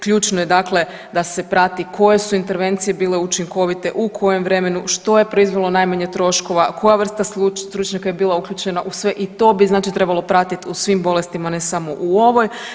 Ključno je dakle da se prati koje su intervencije bile učinkovite, u kojem vremenu, što je proizvelo najmanje troškova, koja vrsta stručnjaka je bila uključena u sve i to bi znači trebalo pratit u svim bolestima, ne samo u ovoj.